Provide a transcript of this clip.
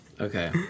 Okay